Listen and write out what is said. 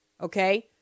Okay